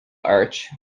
arch